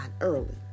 early